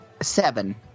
Seven